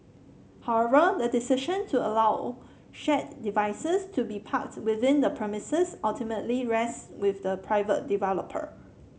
however the decision to allow shared devices to be parked within the premises ultimately rest with the private developer